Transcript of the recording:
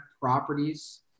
Properties